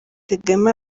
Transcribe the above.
kagame